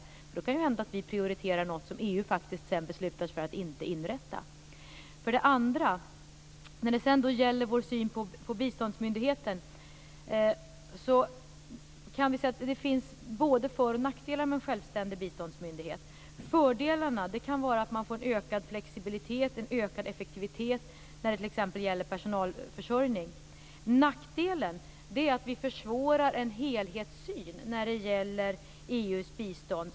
Då kan det nämligen hända att vi prioriterar något som EU sedan faktiskt beslutar sig för att inte inrätta. När det sedan gäller vår syn på biståndsmyndigheten kan jag säga att det finns både för och nackdelar med en självständig biståndsmyndighet. Fördelarna kan vara att man får ökad flexibilitet och ökad effektivitet när det t.ex. gäller personalförsörjning. Nackdelen är att vi försvårar en helhetssyn när det gäller EU:s bistånd.